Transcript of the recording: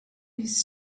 his